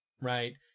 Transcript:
right